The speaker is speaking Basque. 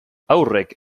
haurrek